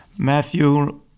Matthew